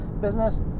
business